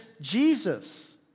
Jesus